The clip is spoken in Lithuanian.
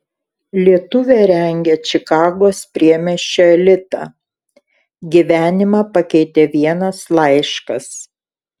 lietuvė rengia čikagos priemiesčio elitą gyvenimą pakeitė vienas laiškas